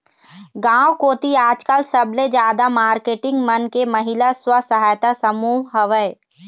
गांव कोती आजकल सबले जादा मारकेटिंग मन के महिला स्व सहायता समूह हवय